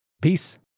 Peace